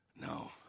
No